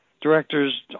directors